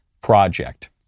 project